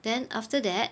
then after that